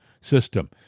system